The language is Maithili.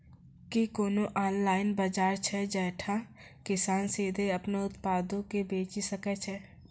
कि कोनो ऑनलाइन बजार छै जैठां किसान सीधे अपनो उत्पादो के बेची सकै छै?